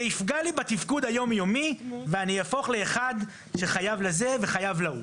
כי זה יפגע לי בתפקוד היום יומי ואני אהפוך לאחד שחייב לזה וחייב להוא".